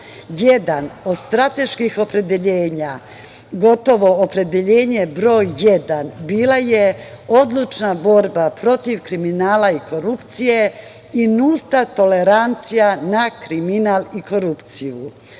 jedan od strateških opredeljenja, gotovo opredeljenje broj jedan bila je odlučna borba protiv kriminala i korupcije i nulta tolerancija na kriminal i korupciju. Od